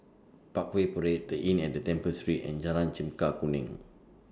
Parkway Parade The Inn At Temple Street and Jalan Chempaka Kuning